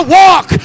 walk